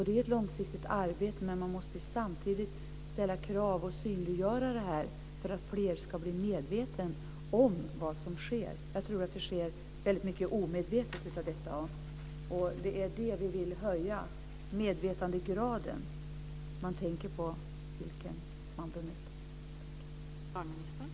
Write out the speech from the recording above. Det är ett långsiktigt arbete, men man måste samtidigt ställa krav och synliggöra detta för att flera ska bli medvetna om vad som sker. Det sker mycket omedvetet. Vi vill höja medvetandegraden i bemötandet.